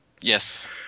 Yes